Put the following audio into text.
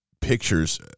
pictures